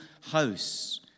house